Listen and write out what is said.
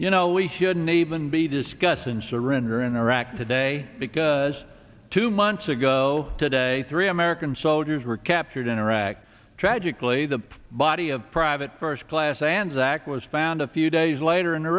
you know we shouldn't even be discussing surrender in iraq today because two months ago today three american soldiers were captured in iraq tragically the body of private first class anzac was found a few days later in